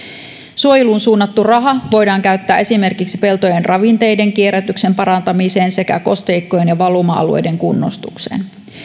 suojeluun suunnattu raha voidaan käyttää esimerkiksi peltojen ravinteiden kierrätyksen parantamiseen sekä kosteikkojen ja valuma alueiden kunnostukseen